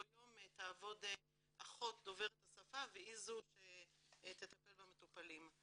יום תעבוד אחות דוברת השפה והיא זו שתטפל במטופלים.